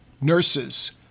nurses